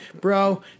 bro